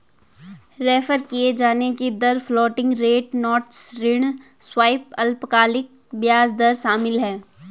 refer किये जाने की दर फ्लोटिंग रेट नोट्स ऋण स्वैप अल्पकालिक ब्याज दर शामिल है